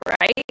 right